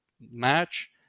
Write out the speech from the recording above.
match